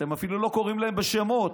אתם אפילו לא קוראים להם בשמות.